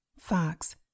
Fox